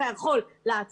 שאתה יכול לעצור,